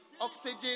Oxygen